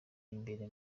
imbere